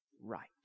right